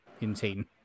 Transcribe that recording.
insane